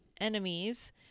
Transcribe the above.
enemies